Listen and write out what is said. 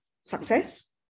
success